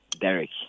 Derek